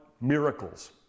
miracles